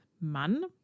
man